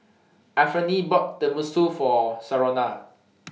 Anfernee bought Tenmusu For Sharonda